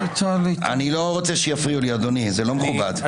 אני לא רוצה שיפריעו לי, אדוני, זה לא מכובד.